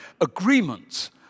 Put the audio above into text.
Agreements